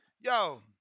Yo